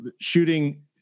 shooting